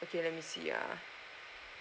okay let me see ah